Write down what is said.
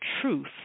truth